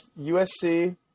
USC